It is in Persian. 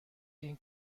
این